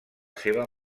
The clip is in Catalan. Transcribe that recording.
seva